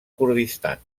kurdistan